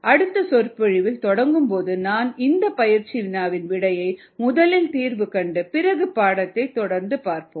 அடுத்த சொற்பொழிவைத் தொடங்கும்போது நாம் இந்த பயிற்சி வினாவின் விடையை முதலில் தீர்வு கண்டு பிறகு பாடத்தை தொடர்ந்து பார்ப்போம்